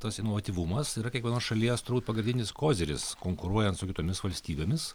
tas inovatyvumas yra kiekvienos šalies turbūt pagrindinis koziris konkuruojant su kitomis valstybėmis